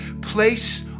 place